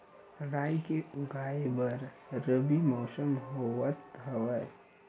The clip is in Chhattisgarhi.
राई के उगाए बर रबी मौसम होवत हवय?